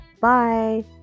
Bye